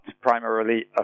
primarily